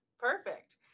Perfect